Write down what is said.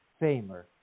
Famer